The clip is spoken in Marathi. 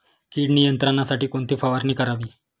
कीड नियंत्रणासाठी कोणती फवारणी करावी?